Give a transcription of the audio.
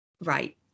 right